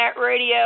radio